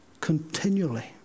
continually